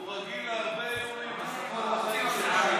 הוא רגיל להרבה איומים, עשרות בחיים שלו,